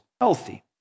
healthy